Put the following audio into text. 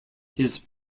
his